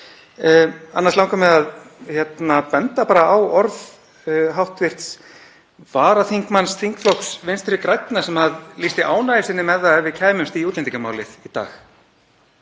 Annars langar mig að benda bara á orð hv. varaformanns þingflokks Vinstri grænna sem lýsti ánægju sinni með það ef við kæmumst í útlendingamálið í dag